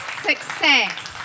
success